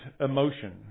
emotion